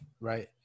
Right